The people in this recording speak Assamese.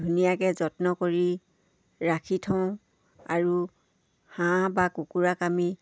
ধুনীয়াকে যত্ন কৰি ৰাখি থওঁ আৰু হাঁহ বা কুকুৰাক আমি